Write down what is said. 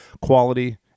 quality